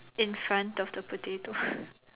in front of the potato